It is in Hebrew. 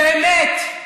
באמת.